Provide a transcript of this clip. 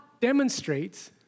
demonstrates